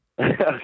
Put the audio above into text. Okay